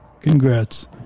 congrats